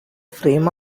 frame